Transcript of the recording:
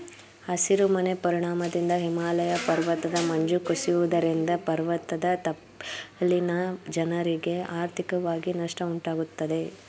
ಹಸಿರು ಮನೆ ಪರಿಣಾಮದಿಂದ ಹಿಮಾಲಯ ಪರ್ವತದ ಮಂಜು ಕುಸಿಯುವುದರಿಂದ ಪರ್ವತದ ತಪ್ಪಲಿನ ಜನರಿಗೆ ಆರ್ಥಿಕವಾಗಿ ನಷ್ಟ ಉಂಟಾಗುತ್ತದೆ